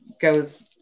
goes